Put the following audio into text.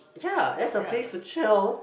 ya that's a place to chill